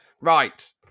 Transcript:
Right